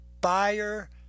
buyer